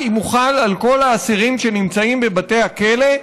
אם הוא חל על כל האסירים שנמצאים בבתי הכלא,